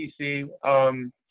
PC